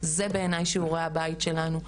זה בעיניי שעורי הבית שלנו,